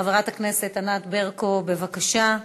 חברת הכנסת ענת ברקו, בבקשה.